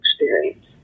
experience